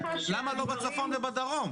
למה לא בצפון ובדרום?